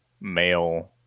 male